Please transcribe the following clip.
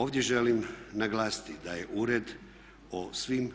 Ovdje želim naglasiti da je ured o svim